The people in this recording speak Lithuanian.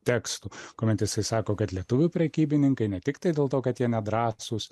tekstų kuomet jisai sako kad lietuvių prekybininkai ne tiktai dėl to kad jie nedrąsūs